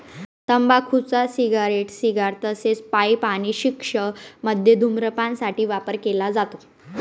तंबाखूचा cigarette, cigar तसेच pipe आणि शिश मध्ये धूम्रपान साठी वापर केला जातो